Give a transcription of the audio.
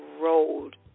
road